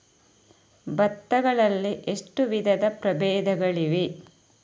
ಭತ್ತ ಗಳಲ್ಲಿ ಎಷ್ಟು ವಿಧದ ಪ್ರಬೇಧಗಳಿವೆ?